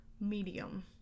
medium